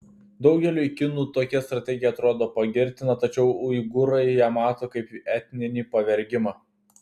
daugeliui kinų tokia strategija atrodo pagirtina tačiau uigūrai ją mato kaip etninį pavergimą